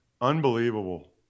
Unbelievable